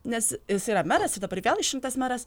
nes jis yra meras ir dabar vėl išrinktas meras